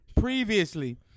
previously